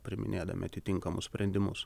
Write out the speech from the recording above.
priiminėdami atitinkamus sprendimus